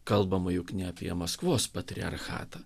kalbama juk ne apie maskvos patriarchatą